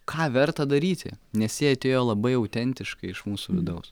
ką verta daryti nes jie atėjo labai autentiškai iš mūsų vidaus